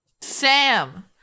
Sam